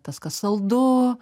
tas kas saldu